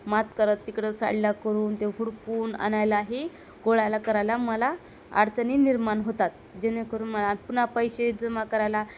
मात करत तिकडं चालला करून ते हुडकून आणायलाही गोळा करायला मला अडचणी निर्माण होतात जेणेकरून मला पुन्हा पैसे जमा करायला